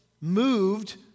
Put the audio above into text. moved